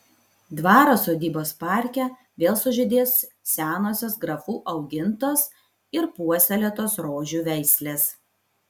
dvaro sodybos parke vėl sužydės senosios grafų augintos ir puoselėtos rožių veislės